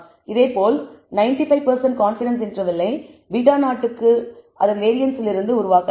இதேபோல் 95 கான்பிடன்ஸ் இன்டர்வெல்லை β0 க்கு அதன் வேரியன்ஸிலிருந்து உருவாக்கலாம்